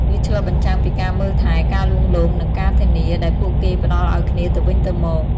វាឆ្លុះបញ្ចាំងពីការមើលថែ ការលួងលោម និងការធានាដែលពួកគេផ្តល់ឲ្យគ្នាទៅវិញទៅមក។